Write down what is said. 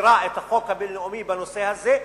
מפירה את החוק הבין-לאומי בנושא הזה,